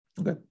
Okay